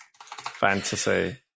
fantasy